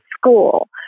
school